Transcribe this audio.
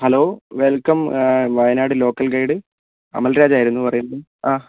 hello welcome Wayanad local guide Amalraj ആയിരുന്നു പറയുന്നത് ആ